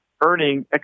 earning